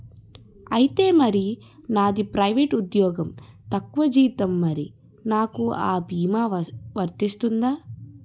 ఐతే మరి నాది ప్రైవేట్ ఉద్యోగం తక్కువ జీతం మరి నాకు అ భీమా వర్తిస్తుందా?